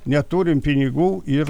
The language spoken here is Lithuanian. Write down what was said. neturim pinigų ir